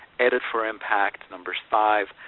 edit for impact, number five.